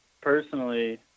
personally